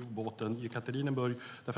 ubåten Jekaterinburg i Murmansk.